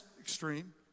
extreme